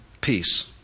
Peace